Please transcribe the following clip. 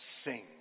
sing